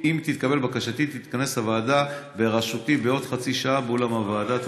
תתכנס הוועדה בראשותי בעוד חצי שעה באולם הוועדה.